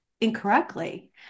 incorrectly